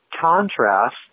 contrast